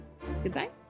Goodbye